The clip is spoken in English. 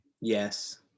Yes